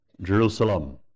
Jerusalem